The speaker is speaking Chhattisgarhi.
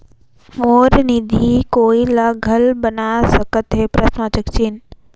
मोर निधि कोई ला घल बना सकत हो?